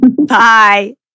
Bye